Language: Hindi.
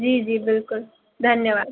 जी जी बिल्कुल धन्यवाद